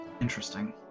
Interesting